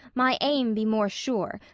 my aim be more sure,